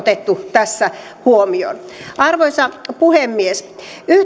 nyt otettu tässä huomioon arvoisa puhemies